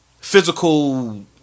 physical